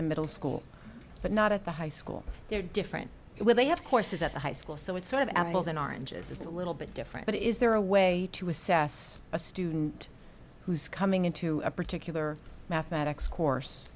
the middle school but not at the high school they're different where they have courses at the high school so it's sort of apples and oranges is a little bit different but is there a way to assess a student who's coming into a particular mathematics course